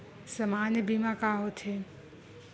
सामान्य बीमा का होथे?